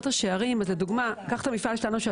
את השערים אז קחי למשל את המפעל שלנו,